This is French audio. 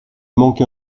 manque